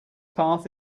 path